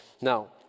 Now